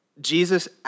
Jesus